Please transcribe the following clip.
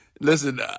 listen